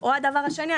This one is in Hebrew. או הדבר השני,